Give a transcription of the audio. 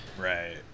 right